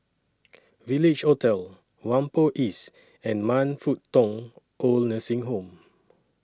Village Hotel Whampoa East and Man Fut Tong Oid Nursing Home